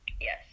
Yes